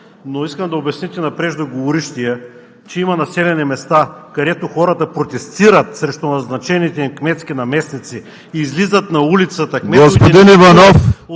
Господин Иванов,